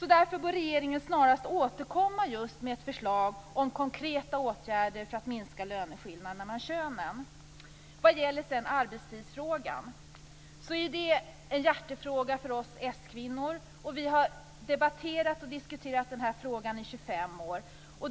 Därför bör regeringen snarast återkomma med ett förslag på konkreta åtgärder för att minska löneskillnaderna mellan könen. Arbetstidsfrågan är en hjärtefråga för oss skvinnor. Vi har debatterat och diskuterat den här frågan i 25 år.